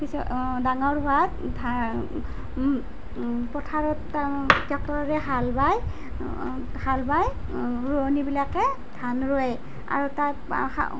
পিছত ডাঙৰ হোৱাত ধান পথাৰত ট্ৰেক্টৰেৰে হাল বাই হাল বাই ৰোৱনীবিলাকে ধান ৰুৱে আৰু তাত